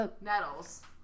Nettles